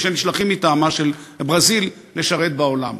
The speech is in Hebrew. שנשלחים מטעמה של ברזיל לשרת בעולם.